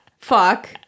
Fuck